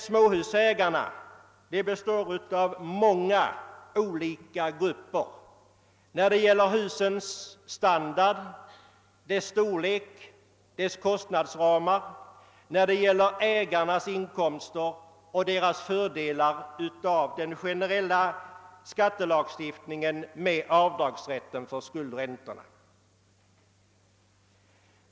Småhusägarna består av många olika grupper, t.ex. när det gäller husens standard, storlek och kostnadsramar samt ägarnas inkomster och fördelar av den generella skattelagstiftningen med avdrag för skuldräntorna.